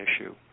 issue